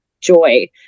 joy